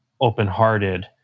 open-hearted